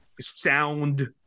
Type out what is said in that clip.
sound